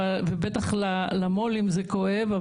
ובטח למו"לים זה כואב,